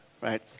Right